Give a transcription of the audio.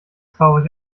traurig